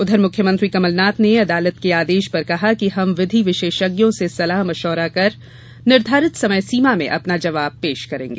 उधर मुख्यमंत्री कमलनाथ ने अदालत के आदेश पर कहा कि हम विधि विशेषज्ञों से सलाह मशविरा कर निर्धोरित समयसीमा में अपना जवाब पेश करेंगे